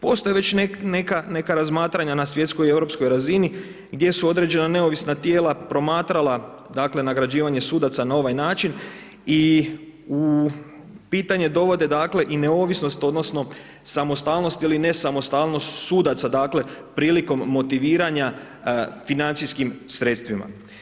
Postoje već neka razmatranja na svjetskoj i europskoj razini gdje su određena neovisna tijela promatrala dakle nagrađivanje sudaca na ovaj način i u pitanje dovode dakle i neovisnost odnosno samostalnost ili nesamostalnost sudaca dakle prilikom motiviranja financijskim sredstvima.